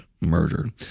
murder